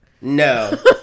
No